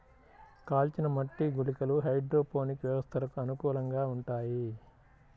కాల్చిన మట్టి గుళికలు హైడ్రోపోనిక్ వ్యవస్థలకు అనుకూలంగా ఉంటాయి